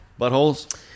Buttholes